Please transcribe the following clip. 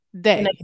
Day